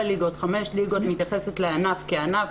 ליגות או חמש ליגות מתייחסת לענף כענף,